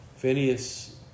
Phineas